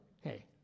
hey